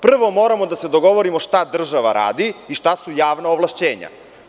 Prvo moramo da se dogovorimo šta država radi i šta su javna ovlašćenja.